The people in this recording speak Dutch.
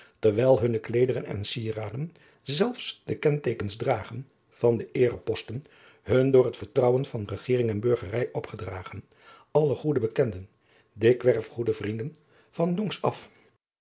terwijl hunne kleederen en sieraden zelfs de kenteekens dragen van de eereposten hun door het vertrouwen van egering en urgerij opgedragen alle goede bekenden dikwerf goede vrienden van jongs af